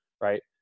right